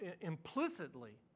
implicitly